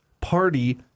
Party